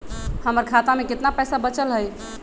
हमर खाता में केतना पैसा बचल हई?